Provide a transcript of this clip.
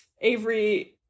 Avery